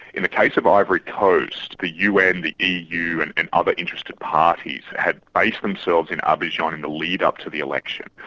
in the case of ivory coast, the un, the eu and and other interested parties had based themselves in abidjan in the lead-up to the election,